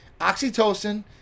oxytocin